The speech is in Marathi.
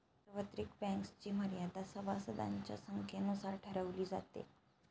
सार्वत्रिक बँक्सची मर्यादा सभासदांच्या संख्येनुसार ठरवली जाते